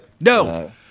No